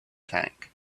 tank